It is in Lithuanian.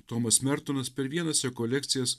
tomas mertonas per vienas rekolekcijas